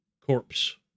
corpse